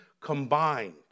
combined